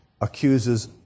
accuses